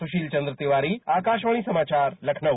सुशील चन्द्र तिवारी आकाशवाणी समाचार लखनऊ